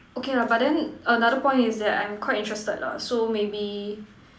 okay lah but then another point is that I'm quite interested lah so maybe